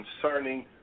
concerning